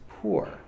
poor